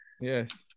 yes